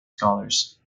scholars